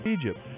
Egypt